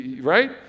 Right